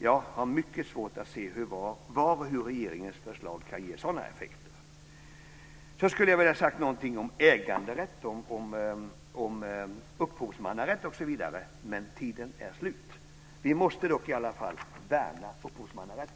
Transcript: Jag har mycket svårt att se var och hur regeringens förslag kan ge sådana effekter. Jag skulle ha velat säga någonting om äganderätt och om upphovsmannarätt, men talartiden är slut. Vi måste dock värna upphovsmannarätten på ett annat sätt.